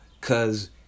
cause